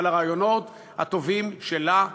אבל הרעיונות הטובים שלה נפלו.